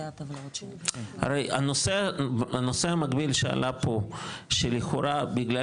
הרי הנושא המקביל שעלה פה שלכאורה כיוון